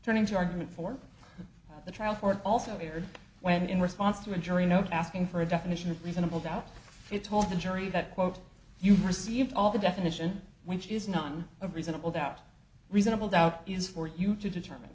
turning to argument form the trial court also heard when in response to a jury note asking for a definition of reasonable doubt it told the jury that quote you received all the definition which is non of reasonable doubt reasonable doubt is for you to determine